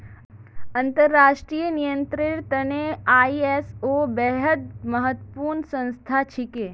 अंतर्राष्ट्रीय नियंत्रनेर त न आई.एस.ओ बेहद महत्वपूर्ण संस्था छिके